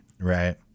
Right